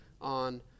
on